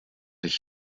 ich